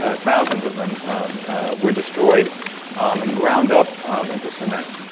ah thousands of them were destroyed and ground up into cement,